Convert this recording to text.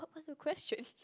what what's your question